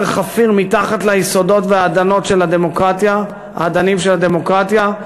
חפיר מתחת ליסודות והאדנים של הדמוקרטיה,